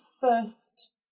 first